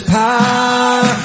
power